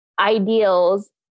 ideals